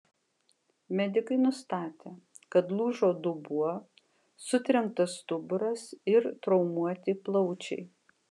medikai nustatė kad lūžo dubuo sutrenktas stuburas ir traumuoti plaučiai